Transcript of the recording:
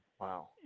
Wow